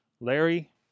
Larry